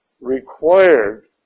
required